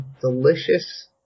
delicious